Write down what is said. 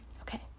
okay